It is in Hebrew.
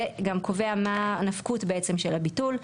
וגם קובע מה הנפקות בעצם, של הביטול.